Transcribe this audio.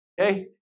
Okay